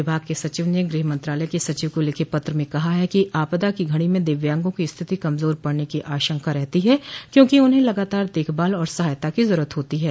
विभाग के सचिव ने गृह मंत्रालय के सचिव को लिखे पत्र में कहा है कि आपदा की घड़ी में दिव्यांगों की स्थिति कमजोर पड़ने की आशंका रहती है क्योंकि उन्हें लगातार देखभाल और सहायता की जरूरत होती है